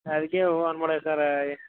ಅದಕ್ಕೆ ಸರಾ